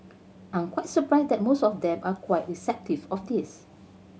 I'm quite surprised that most of them are quite receptive of this